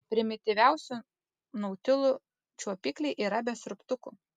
primityviausių nautilų čiuopikliai yra be siurbtukų